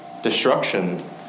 Destruction